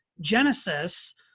Genesis